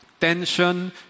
tension